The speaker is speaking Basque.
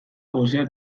gosea